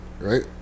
right